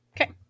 Okay